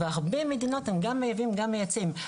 הרבה מדינות הן גם מייבאות וגם מייצאות.